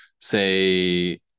say